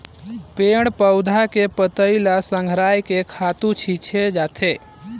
पेड़ पउधा के पान पतई ल संघरायके खातू छिछे जाथे